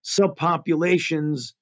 subpopulations